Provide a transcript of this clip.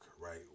right